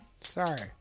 Sorry